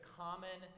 common